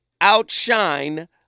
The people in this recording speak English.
outshine